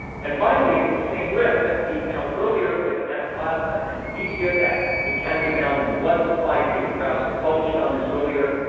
and finally, it's the same risks that we found earlier with anaplasma and babesia that it can be found in the blood supply-peter krause had published on this earlier.